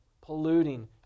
polluting